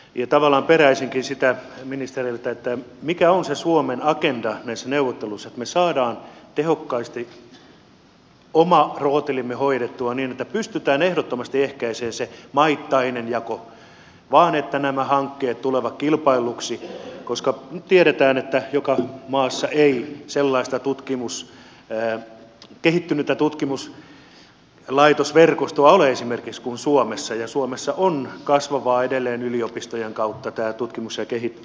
tavallaan peräisinkin sitä ministeriltä mikä on se suomen agenda näissä neuvotteluissa että me saamme tehokkaasti oma rootelimme hoidettua niin että pystytään ehdottomasti ehkäisemään se maittainen jako niin että nämä hankkeet tulevat kilpailluksi koska tiedetään että joka maassa ei esimerkiksi sellaista kehittynyttä tutkimuslaitosverkostoa ole kuin suomessa ja suomessa on yliopistojen kautta edelleen kasvavaa tämä tutkimus ja kehitys ja innovointi